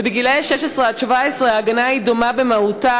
בין גילאי 16 17 ההגנה היא דומה במהותה